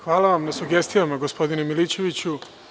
Hvala vam na sugestijama gospodine Milićeviću.